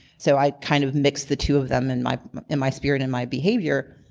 so i kind of mix the two of them in my and my spirit and my behavior.